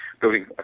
building